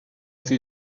sie